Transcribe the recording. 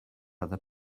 other